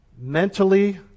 mentally